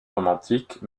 romantique